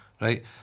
Right